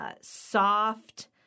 soft